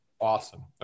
awesome